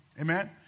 Amen